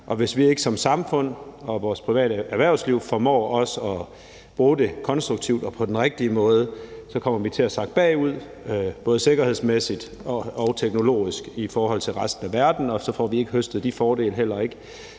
og hvis vi ikke som samfund og i vores private erhvervsliv formår og bruge det konstruktivt og på den rigtig måde, så kommer vi til at snakke bagud både sikkerhedsmæssigt og teknologisk i forhold til resten af verden. Og så får vi heller ikke høstet de fordele, som vores